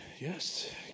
Yes